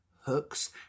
hooks